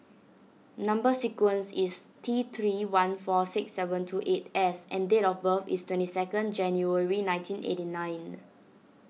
Number Sequence is T three one four six seven two eight S and date of birth is twenty second January nineteen eighty nine